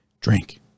drink